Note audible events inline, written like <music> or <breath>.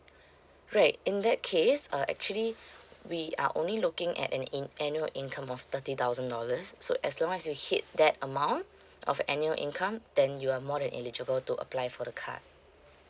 <breath> right in that case uh actually we are only looking at an in~ annual income of thirty thousand dollars so as long as you hit that amount of annual income then you are more than eligible to apply for the card